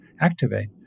activate